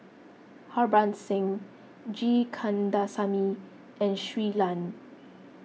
Harbans Singh G Kandasamy and Shui Lan